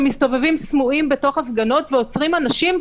בלשים שמסתובבים סמויים בתוך הפגנות ועוצרים אנשים,